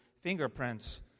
fingerprints